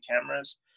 cameras